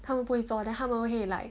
他们不会做 then 他们会 like